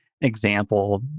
example